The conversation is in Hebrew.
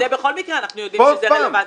בכל מקרה אנחנו יודעים שזה רלוונטי.